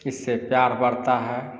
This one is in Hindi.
इससे प्यार बढ़ता है